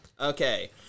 Okay